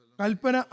kalpana